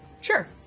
Sure